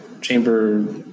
chamber